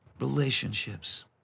relationships